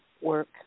work